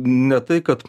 ne tai kad